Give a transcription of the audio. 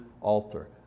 altar